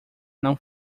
não